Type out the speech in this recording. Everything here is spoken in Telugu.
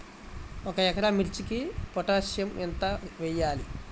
ఒక ఎకరా మిర్చీకి పొటాషియం ఎంత వెయ్యాలి?